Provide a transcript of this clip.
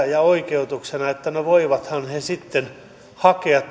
ja oikeutuksena käytettiin sitä että no voivathan he sitten hakea